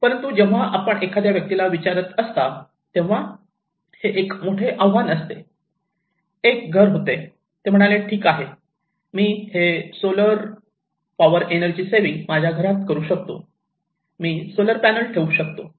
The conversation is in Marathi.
परंतु जेव्हा आपण एका व्यक्तीला विचारत असता तेव्हा हे एक मोठे आव्हान असते एक घर ते म्हणाले ठीक आहे मी हे सोलर पावर एनर्जी सेविंग माझ्या घरात करू शकतो मी सोलर पॅनेल ठेवू शकतो